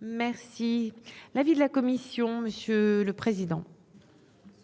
Merci l'avis de la commission, monsieur le président.